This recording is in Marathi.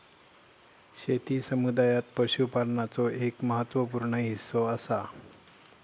शेती समुदायात पशुपालनाचो एक महत्त्व पूर्ण हिस्सो असा